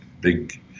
big